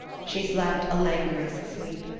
she slept a languorous sleep,